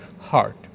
heart